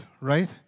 right